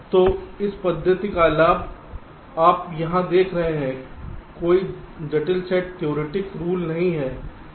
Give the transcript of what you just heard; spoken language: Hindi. तो इस पद्धति का लाभ आप यहां देख रहे हैं कोई जटिल सेट थेओरेटिक रूल नहीं हैं